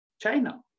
China